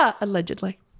allegedly